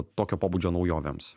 tokio pobūdžio naujovėms